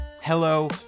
hello